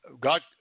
God